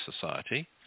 society